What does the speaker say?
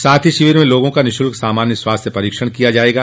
साथ ही शिविर में लोगों का निःशुल्क सामान्य स्वास्थ्य परीक्षण भी किया जाएगा